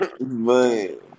Man